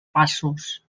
passos